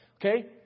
Okay